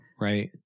right